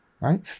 right